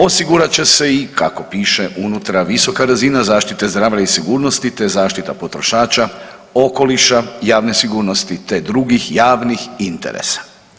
Osigurat će se i kako piše unutra visoka razina zaštite zdravlja i sigurnosti te zaštita potrošača, okoliša, javne sigurnosti, te drugih javnih interesa.